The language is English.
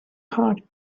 heart